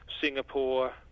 Singapore